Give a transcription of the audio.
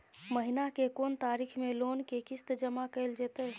महीना के कोन तारीख मे लोन के किस्त जमा कैल जेतै?